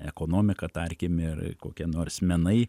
ekonomika tarkim ir kokie nors menai